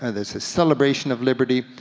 ah there's a celebration of liberty.